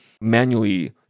manually